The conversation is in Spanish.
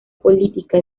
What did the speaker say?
política